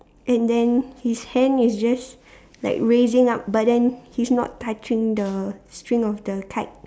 and then his hand is just like raising up but then he's not touching the string of the kite